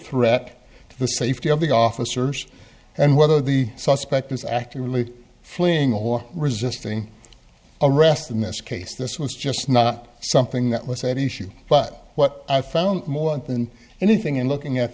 threat to the safety of the officers and whether the suspect is actually fleeing or resisting arrest in this case this was just not something that was any issue but what i found more than anything in looking at